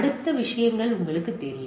அடுத்த விஷயங்கள் உங்களுக்குத் தெரியும்